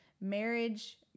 marriage